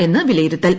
എന്ന് വിലയിരുത്തൽ